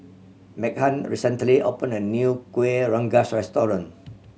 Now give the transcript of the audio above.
Meghann recently opened a new Kuih Rengas restaurant